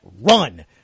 run